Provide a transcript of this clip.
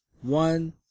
One